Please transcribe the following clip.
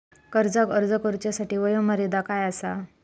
कर्जाक अर्ज करुच्यासाठी वयोमर्यादा काय आसा?